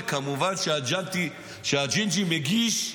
וכמובן שהג'ינג'י מגיש,